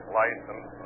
license